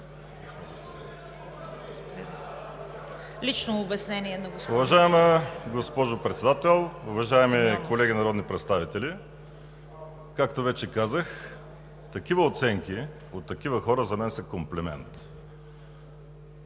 Лично обяснение на господин